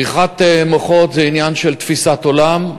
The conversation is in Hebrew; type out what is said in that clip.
בריחת מוחות זה עניין של תפיסת עולם.